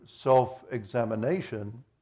self-examination